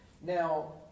Now